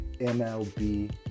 MLB